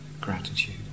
gratitude